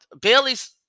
Bailey's